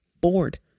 bored